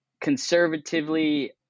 conservatively